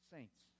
Saints